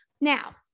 Now